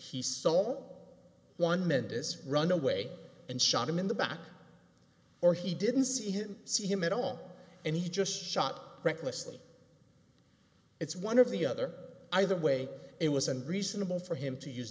he saw one mendis run away and shot him in the back or he didn't see him see him at all and he just shot recklessly it's one of the other either way it was and reasonable for him to use